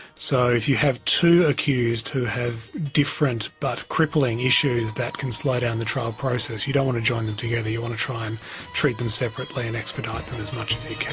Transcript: so if you have two accused who have different but crippling issues that can slow down the trial process, you don't want to join them together, you want to try and treat them separately and expedite them as much as you